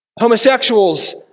homosexuals